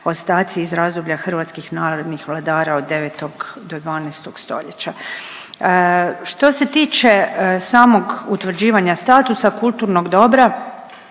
ostaci iz razdoblja hrvatskih narodnih vladara od 9. do 12. stoljeća. Što se tiče samog utvrđivanja statusa kulturnog dobra